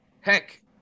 heck